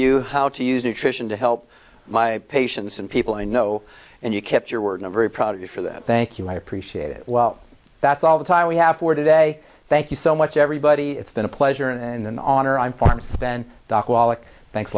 you how to use nutrition to help my patients and people i know and you kept your word in a very proud of you for that thank you i appreciate it well that's all the time we have for today thank you so much everybody it's been a pleasure and an honor i'm form spent doc wallach thanks a